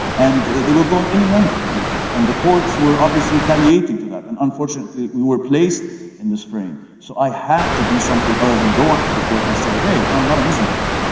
and, they will go at any length to do that. and, the courts were obviously retaliating to that. and unfortunately, we were placed in this frame. so, i have to do something other than go out to the court and say, hey, i'm not a muslim brotherhood.